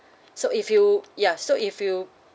so if you ya so if you